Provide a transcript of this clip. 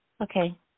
Okay